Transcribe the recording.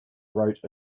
wrote